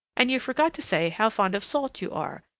and you forgot to say how fond of salt you are,